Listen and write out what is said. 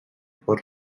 pot